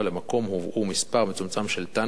למקום הובא מספר מצומצם של טנקים,